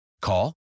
Call